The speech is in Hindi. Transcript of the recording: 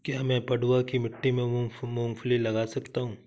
क्या मैं पडुआ की मिट्टी में मूँगफली लगा सकता हूँ?